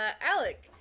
Alec